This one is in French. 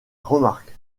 remarque